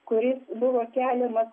kuris buvo keliamas